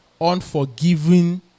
unforgiving